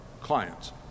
clients